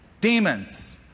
Demons